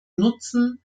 nutzen